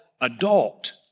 adult